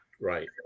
right